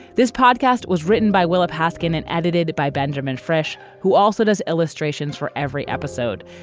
this podcast was written by willa paskin and edited by benjamin fresh, who also does illustrations for every episode.